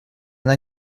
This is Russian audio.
она